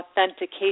authentication